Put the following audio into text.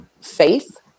faith